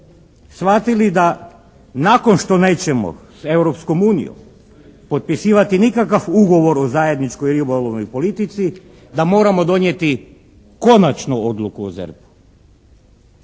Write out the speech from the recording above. shvatili da nakon što nećemo s Europskom unijom potpisivati nikakav ugovor o zajedničkoj ribolovnoj politici da moramo donijeti konačnu odluku o ZERP-u.